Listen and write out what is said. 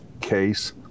case